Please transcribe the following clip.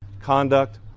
conduct